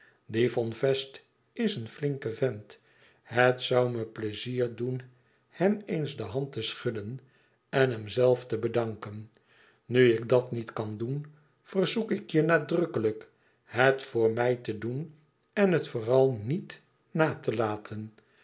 von fest is een flinke vent het zoû me pleizier doen hem eens de hand te schudden en hem zelf te bedanken nu ik dat niet kan doen verzoek ik je nadrukkelijk het voor mij te doen en het vooral niet na te laten